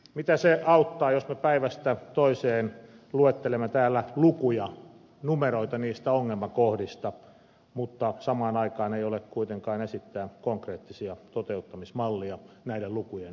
mitä se auttaa jos me päivästä toiseen luettelemme täällä lukuja numeroita niistä ongelmakohdista mutta samaan aikaan ei ole kuitenkaan esittää konkreettisia toteuttamismalleja näiden lukujen pienentämisestä